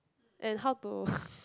and how to